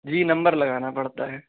جی number لگانا پڑتا ہے